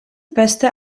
beste